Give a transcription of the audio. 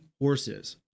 horses